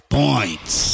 points